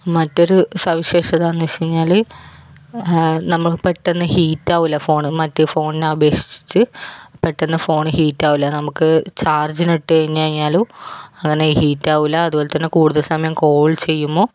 മറ്റൊരു സവിശേഷത എന്ന് വച്ച് കഴിഞ്ഞാല് നമ്മള് പെട്ടെന്ന് ഹീറ്റ് ആകില്ല ഫോണ് മറ്റെ ഫോണിനെ അപേക്ഷിച്ച് പെട്ടെന്ന് ഫോൺ ഹീറ്റ് ആകില്ല നമുക്ക് ചാർജിന് ഇട്ടു കഴിഞ്ഞ് കഴിഞ്ഞാലും അങ്ങനെ ഹീറ്റ് ആകില്ല അതുപോലെതന്നെ കൂടുതൽ സമയം കോൾ ചെയ്യുമ്പോൾ